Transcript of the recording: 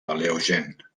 paleogen